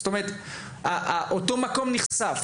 זאת אומרת, אותו מקום נחשף.